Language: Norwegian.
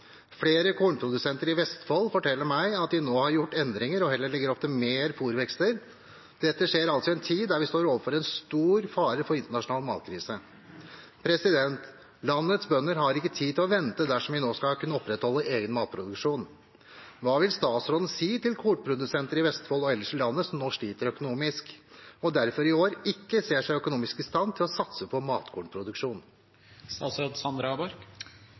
Flere kornprodusenter i Vestfold forteller meg at de nå har gjort endringer og heller legger opp til mer fôrvekster. Dette skjer altså i en tid da vi står overfor en stor fare for internasjonal matkrise. Landets bønder har ikke tid til å vente dersom vi nå skal kunne opprettholde egen matproduksjon. Hva vil statsråden si til kornprodusenter i Vestfold og ellers i landet som nå sliter økonomisk, og som derfor i år ikke ser seg økonomisk i stand til å satse på matkornproduksjon?